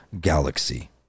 galaxy